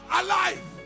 alive